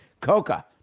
Coca